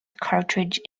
cartridge